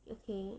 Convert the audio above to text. okay